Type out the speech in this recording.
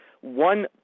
one